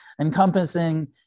encompassing